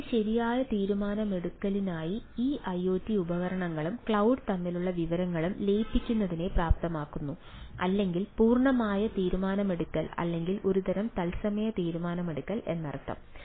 അതിനാൽ ഇത് ശരിയായ തീരുമാനമെടുക്കലിനായി ഈ ഐഒടി ഉപകരണങ്ങളും ക്ലൌഡും തമ്മിലുള്ള വിവരങ്ങൾ ലയിപ്പിക്കുന്നതിനെ പ്രാപ്തമാക്കുന്നു അല്ലെങ്കിൽ പൂർണ്ണമായ തീരുമാനമെടുക്കൽ അല്ലെങ്കിൽ ഒരുതരം തത്സമയ തീരുമാനമെടുക്കൽ എന്നർത്ഥം